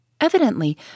Evidently